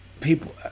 people